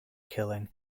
killing